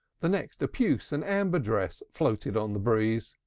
the next a puce and amber dress floated on the breeze.